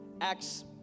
Acts